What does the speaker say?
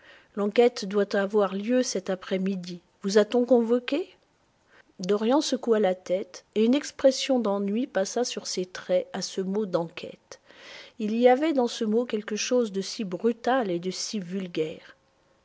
l'enquête doit avoir lieu cette après midi vous a-t-on convoqué dorian secoua la tête et une expression d'ennui passa sur ses traits à ce mot d enquête il y avait dans ce mot quelque chose de si brutal et de si vulgaire